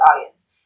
audience